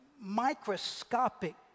microscopic